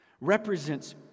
represents